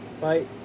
Bye